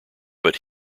but